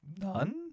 None